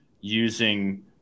using